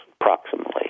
approximately